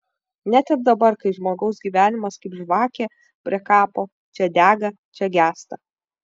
net ir dabar kai žmogaus gyvenimas kaip žvakė prie kapo čia dega čia gęsta